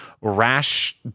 rash